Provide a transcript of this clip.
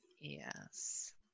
Yes